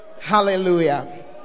hallelujah